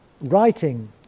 writing